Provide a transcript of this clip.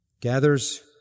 gathers